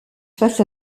face